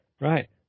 Right